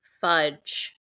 fudge